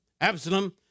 Absalom